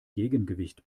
gegengewicht